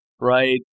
Right